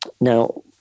Now